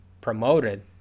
promoted